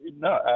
No